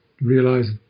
realize